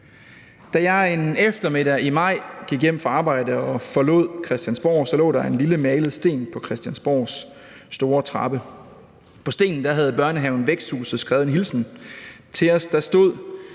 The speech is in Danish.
Da jeg en eftermiddag i maj gik hjem fra arbejde og forlod Christiansborg, lå der en lille malet sten på Christiansborgs store trappe. På stenen havde børnehaven Væksthuset skrevet en hilsen til os. Der stod: